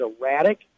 erratic